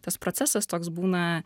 tas procesas toks būna